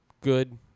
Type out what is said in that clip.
good